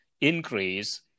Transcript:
increase